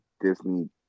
Disney